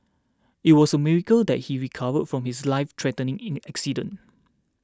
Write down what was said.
it was a miracle that he recovered from his lifethreatening in accident